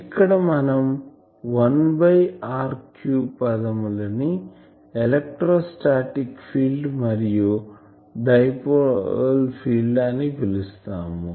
ఇక్కడ మనం 1 by r cube పదములని ఎలెక్ట్రోస్టాటిక్ ఫీల్డ్ మరియు డైపోల్ ఫీల్డ్ అని పిలుస్తాము